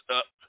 up